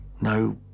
no